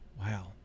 Wow